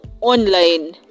online